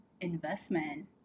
investment